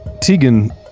Tegan